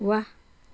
वाह